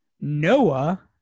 Noah